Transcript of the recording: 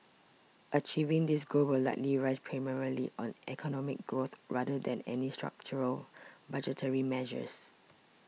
achieving this goal will likely rest primarily on economic growth rather than any structural budgetary measures